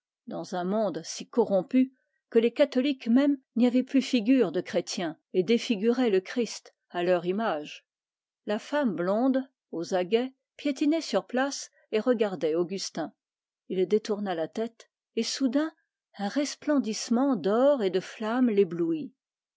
dans un monde si corrompu que les catholiques même n'y avaient plus figure de chrétiens et défiguraient le christ à leur image la femme blonde piétinait sur place et regardait augustin il détourna la tête et soudain un resplendissement d'or et de flammes l'éblouit